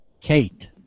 Kate